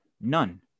None